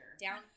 down